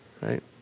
right